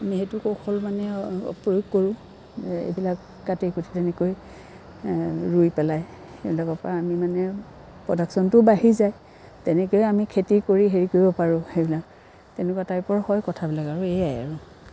আমি সেইটো কৌশল মানে প্ৰয়োগ কৰোঁ এইবিলাক কাটি কুটি তেনেকৈ ৰুই পেলাই সেইবিলাকৰ পৰা আমি মানে প্ৰডাকশ্যনটোও বাঢ়ি যায় তেনেকৈও আমি খেতি কৰি হেৰি কৰিব পাৰোঁ সেইবিলাক তেনেকুৱা টাইপৰ হয় কথাবিলাক আৰু এয়াই আৰু